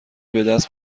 بدست